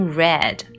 red